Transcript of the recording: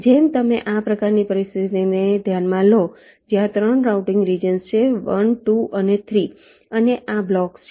જેમ તમે આ પ્રકારની પરિસ્થિતિને ધ્યાનમાં લો જ્યાં 3 રાઉટીંગ રિજન્સ 1 2 અને 3 છે અને આ બ્લોક્સ છે